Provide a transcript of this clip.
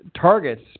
targets